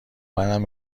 منم